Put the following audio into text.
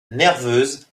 nerveuses